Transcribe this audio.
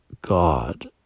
god